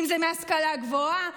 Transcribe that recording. אם זה מההשכלה הגבוהה,